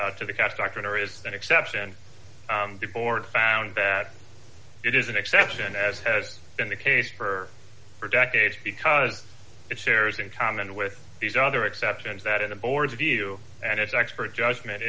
subject to the caste doctrine or is an exception the board found that it is an exception as has been the case for for decades because it shares in common with these other exceptions that in the board's view and its experts judgement